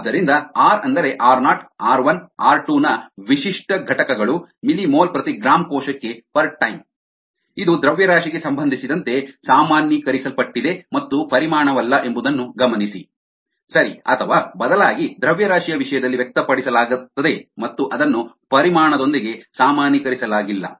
ಆದ್ದರಿಂದ ಆರ್ ಅಂದರೆ R naught ಆರ್1 ಆರ್2 ನ ವಿಶಿಷ್ಟ ಘಟಕಗಳು ಮಿಲಿ ಮೋಲ್ ಪ್ರತಿ ಗ್ರಾಂ ಕೋಶಕ್ಕೆ ಪರ್ ಟೈಮ್ ಇದು ದ್ರವ್ಯರಾಶಿಗೆ ಸಂಬಂಧಿಸಿದಂತೆ ಸಾಮಾನ್ಯೀಕರಿಸಲ್ಪಟ್ಟಿದೆ ಮತ್ತು ಪರಿಮಾಣವಲ್ಲ ಎಂಬುದನ್ನು ಗಮನಿಸಿ ಸರಿ ಅಥವಾ ಬದಲಾಗಿ ದ್ರವ್ಯರಾಶಿಯ ವಿಷಯದಲ್ಲಿ ವ್ಯಕ್ತಪಡಿಸಲಾಗುತ್ತದೆ ಮತ್ತು ಅದನ್ನು ಪರಿಮಾಣದೊಂದಿಗೆ ಸಾಮಾನ್ಯೀಕರಿಸಲಾಗಿಲ್ಲ